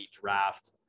draft